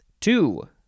two